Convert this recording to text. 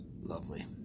lovely